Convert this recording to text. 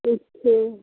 अच्छा